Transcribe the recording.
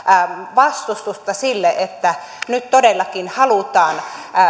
vastustusta sille että nyt todellakin halutaan